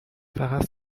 فقط